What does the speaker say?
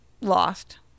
lost